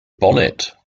bonnet